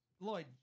Lloyd